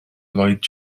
lloyd